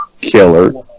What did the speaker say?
killer